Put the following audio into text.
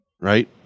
right